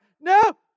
no